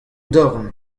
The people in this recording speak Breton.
dorn